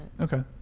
Okay